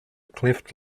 cleft